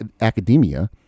academia